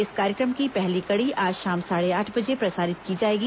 इस कार्यक्रम की पहली कड़ी आज शाम साढ़े आठ बजे प्रसारित की जाएगी